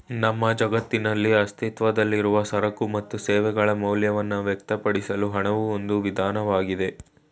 ನಮ್ಮ ಜಗತ್ತಿನಲ್ಲಿ ಅಸ್ತಿತ್ವದಲ್ಲಿರುವ ಸರಕು ಮತ್ತು ಸೇವೆಗಳ ಮೌಲ್ಯವನ್ನ ವ್ಯಕ್ತಪಡಿಸಲು ಹಣವು ಒಂದು ವಿಧಾನವಾಗಿದೆ